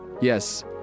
Yes